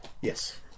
Yes